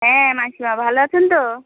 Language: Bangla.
হ্যাঁ মাসিমা ভালো আছেন তো